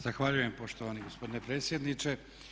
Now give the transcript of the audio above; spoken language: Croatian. Zahvaljujem poštovani gospodine predsjedniče.